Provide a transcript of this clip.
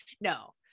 No